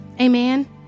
Amen